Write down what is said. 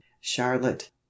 charlotte